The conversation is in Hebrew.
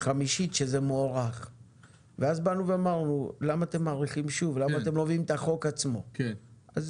הוא אומר חברים יקרים, יש לך תחנה באיזור, אל